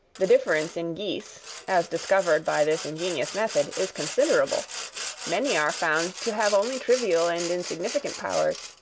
the difference in geese, as discovered by this ingenious method, is considerable many are found to have only trivial and insignificant powers,